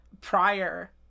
prior